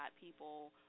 people